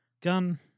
gun